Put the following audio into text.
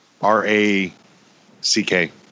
R-A-C-K